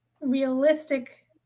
realistic